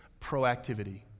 proactivity